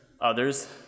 others